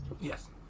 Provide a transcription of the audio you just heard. Yes